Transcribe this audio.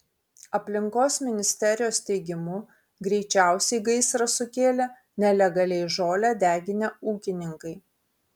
aplinkos ministerijos teigimu greičiausiai gaisrą sukėlė nelegaliai žolę deginę ūkininkai